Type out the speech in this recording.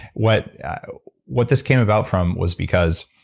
what what this came about from was because,